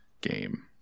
Game